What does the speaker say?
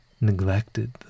neglected